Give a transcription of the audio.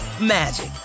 magic